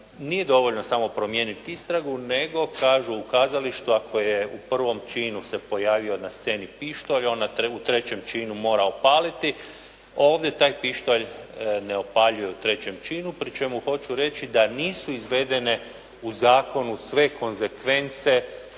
nije dovoljno samo promijeniti istragu, nego kažu u kazalištu ako je u prvom činu se pojavio na sceni pištolj onda u trećem činu mora opaliti. Ovdje taj pištolj ne opaljuje u trećem činu pri čemu hoću reći da nisu izvedene u zakonu sve konzekvence